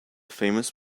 famous